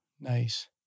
nice